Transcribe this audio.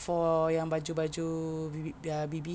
for yang baju-baju baby ah baby